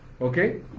okay